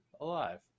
alive